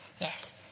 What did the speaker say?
Yes